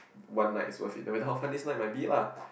one night is worth it no matter how fun this night might be lah